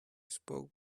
spoke